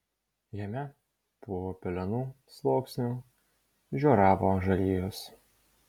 jame po pelenų sluoksniu žioravo žarijos